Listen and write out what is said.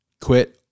quit